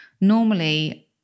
Normally